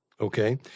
Okay